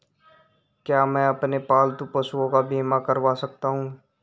क्या मैं अपने पालतू पशुओं का बीमा करवा सकता हूं?